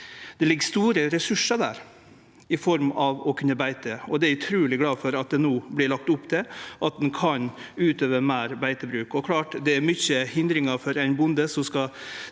Det ligg store ressursar der, i form av å kunne beite, og eg er utruleg glad for at det no vert lagt opp til at ein kan utøve meir beitebruk. Det er klart det er mange hindringar for ein bonde som skal